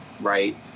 right